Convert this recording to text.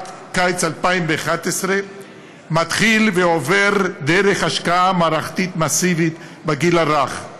קיץ 2011 מתחיל ועובר דרך השקעה מערכתית מסיבית בגיל הרך.